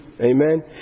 Amen